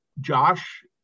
Josh